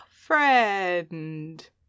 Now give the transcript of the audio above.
friend